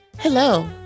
Hello